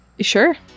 sure